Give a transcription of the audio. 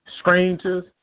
strangers